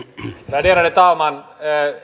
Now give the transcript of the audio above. värderade talman